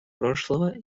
прошлого